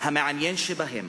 המעניין שבהם